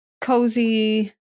cozy